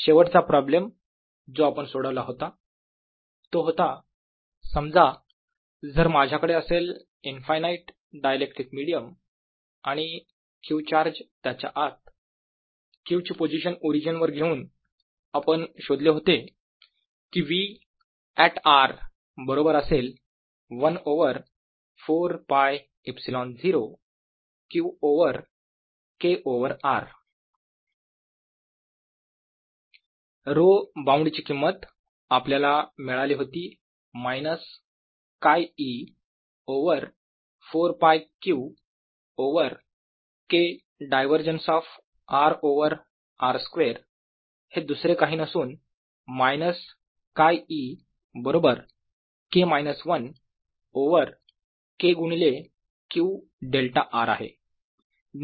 शेवटचा प्रॉब्लेम जो आपण सोडवला होता तो होता समजा जर माझ्याकडे असेल इनफायनाईट डायइलेक्ट्रिक मिडीयम आणि Q चार्ज त्याच्या आत Q ची पोझिशन ओरिजिन वर घेऊन आपण शोधले होते की V ऍट r बरोबर असेल 1 over 4 π ε0 Q over K over r Vr14π0QKr ρ bound ची किंमत आपल्याला मिळाली होती minus χe over 4 π Q over K divergence of r over r square हे दुसरे काही नसून मायनस χe बरोबर K मायनस 1 ओवर K गुणिले Q डेल्टा r आहे